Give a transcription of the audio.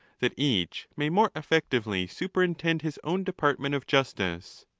that each may more effectively superintend his own department of justice.